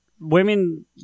Women